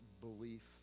belief